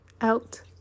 Out